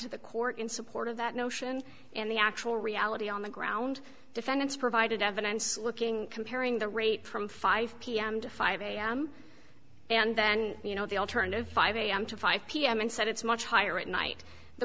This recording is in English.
to the court in support of that notion and the actual reality on the ground defendants provided evidence looking comparing the rate from five pm to five am and then you know the alternative five am to five pm and said it's much higher at night the